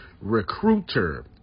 Recruiter